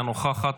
אינה נוכחת,